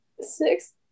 six